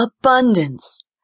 abundance